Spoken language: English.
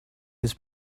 his